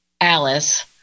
Alice